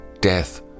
Death